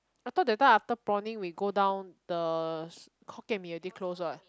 I thought that time after prawning we go down the hokkien mee already closed what